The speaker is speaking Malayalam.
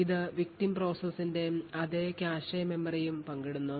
ഇത് Victim പ്രോസസ്സിന്റെ അതേ കാഷെ മെമ്മറിയും പങ്കിടുന്നു